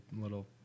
little